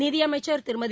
நிதியமைச்ச் திருமதி